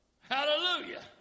Hallelujah